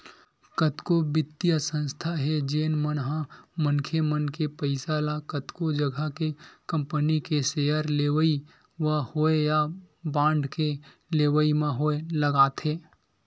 कतको बित्तीय संस्था हे जेन मन ह मनखे मन के पइसा ल कतको जघा के कंपनी के सेयर लेवई म होय या बांड के लेवई म होय लगाथे